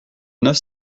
neuf